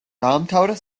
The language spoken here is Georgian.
დაამთავრა